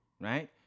right